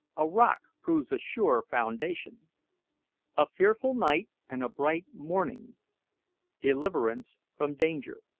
a rock proves a sure foundation a fearful night and a bright morning deliverance from danger.